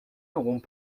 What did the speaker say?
n’auront